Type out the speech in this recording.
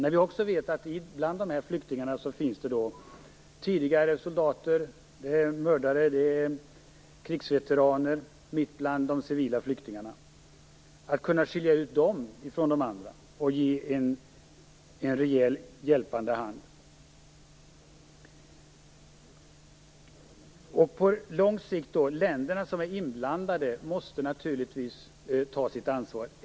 Vi vet också att det finns tidigare soldater, mördare och krigsveteraner mitt bland de civila flyktingarna. Hur skall man kunna skilja ut dem från de andra och ge en rejäl hjälpande hand? På lång sikt måste de inblandade länderna naturligtvis ta sitt ansvar.